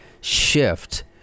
shift